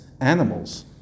animals